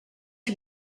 you